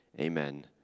Amen